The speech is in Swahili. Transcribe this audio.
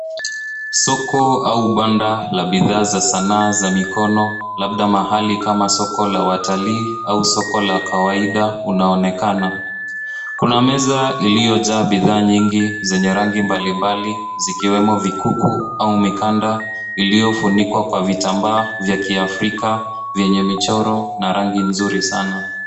Soko au banda la bidhaa za sanaa za mikono labda mahali kama soko la watalii au soko la kawaida unaonekana. Kuna meza iliyojaa bidhaa nyingi zenye rangi mbalimbali zikiwemo vikuku au mikanda. Iliyofunikwa kwa vitambaa vya kiafrika vyenye michoro na rangi nzuri sana.